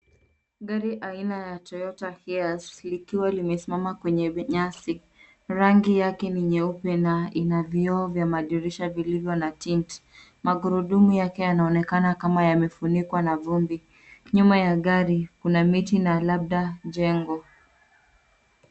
Gari aina ya Toyota Hearse likiwa limesimama kwenye nyasi. Rangi yake ni nyeupe na ina vioo yva madisha vilivyo na tint . Magurudumu yake yanaonekana kama yamefunikwa na vumbi. Nyuma ya gari kuna miti na labda jengo.